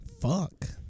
Fuck